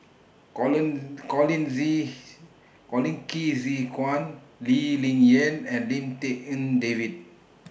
Colin Colin Zhe Colin Qi Zhe Quan Lee Ling Yen and Lim Tik En David